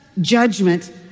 judgment